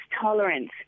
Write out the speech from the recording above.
tolerance